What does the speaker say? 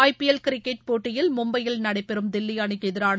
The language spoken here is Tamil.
ஐபிஎல் கிரிக்கெட் போட்டியில் மும்பையில் நடைபெறும் தில்வி அணிக்கு எதிரான